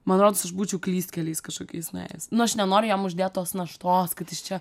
man rodos aš būčiau klystkeliais kažkokiais nuėjus nu aš nenoriu jam uždėt tos naštos kad jis čia